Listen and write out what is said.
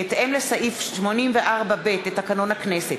בהתאם לסעיף 84(ב) לתקנון הכנסת.